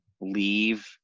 leave